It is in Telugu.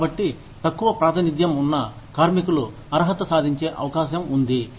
కాబట్టి తక్కువ ప్రాతినిధ్యం ఉన్న కార్మికులు అర్హత సాధించే అవకాశం ఉంది